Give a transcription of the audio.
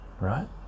right